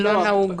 לא נהוג.